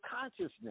consciousness